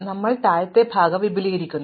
അതിനാൽ ഞങ്ങൾ താഴത്തെ ഭാഗം വിപുലീകരിക്കുന്നു